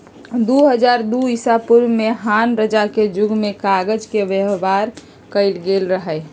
दू हज़ार दू ईसापूर्व में हान रजा के जुग में कागज के व्यवहार कएल गेल रहइ